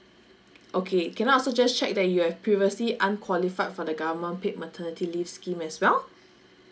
okay can I also just check that you have previously unqualified for the government paid maternity leave scheme as well